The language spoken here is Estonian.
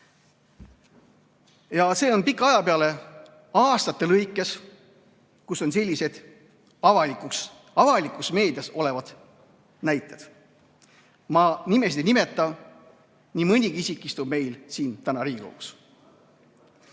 Need on pika aja peale, aastate lõikes, sellised avalikus meedias olevad näited. Ma nimesid ei nimeta, nii mõnigi isik istub meil täna siin Riigikogus.